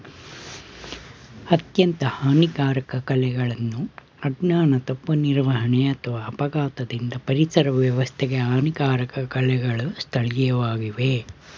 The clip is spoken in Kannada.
ಅತ್ಯಂತ ಹಾನಿಕಾರಕ ಕಳೆಗಳನ್ನು ಅಜ್ಞಾನ ತಪ್ಪು ನಿರ್ವಹಣೆ ಅಥವಾ ಅಪಘಾತದಿಂದ ಪರಿಸರ ವ್ಯವಸ್ಥೆಗೆ ಹಾನಿಕಾರಕ ಕಳೆಗಳು ಸ್ಥಳೀಯವಾಗಿವೆ